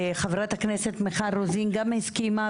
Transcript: וגם חברת הכנסת מיכל רוזין הסכימה,